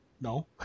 no